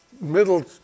middle